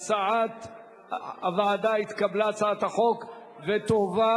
הצעת הוועדה לפיצול הצעת החוק התקבלה.